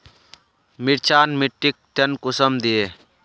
मिर्चान मिट्टीक टन कुंसम दिए?